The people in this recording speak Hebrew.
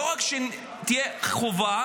לא רק שהיא תהיה חובה,